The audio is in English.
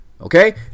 Okay